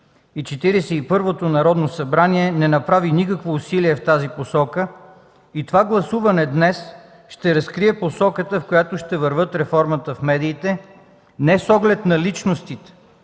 първото Народно събрание не направи никакво усилие в тази посока и това гласуване днес ще разкрие посоката, в която ще върви реформата в медиите, не с оглед на личностите,